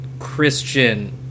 Christian